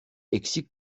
eksik